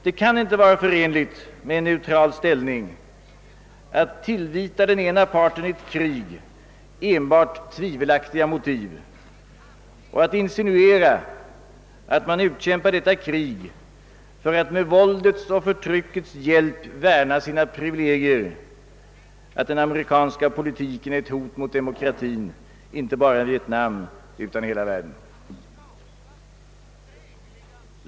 Det kan inte vara förenligt med en neutral ställning att tillvita den ena parten i ett krig enbart tvivelaktiga motiv och att insinuera att Amerika utkämpar detta krig för att med våldets och förtryckets hjälp värna sina privilegier samt att den amerikanska politiken är ett hot mot demokratin inte enbart i Vietnam utan i hela världen.